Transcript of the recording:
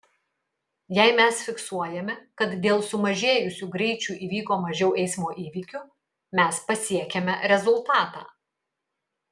jei mes fiksuojame kad dėl sumažėjusių greičių įvyko mažiau eismo įvykių mes pasiekiame rezultatą